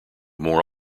more